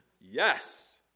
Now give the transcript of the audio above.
Yes